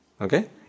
okay